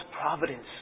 providence